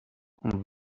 اون